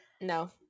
No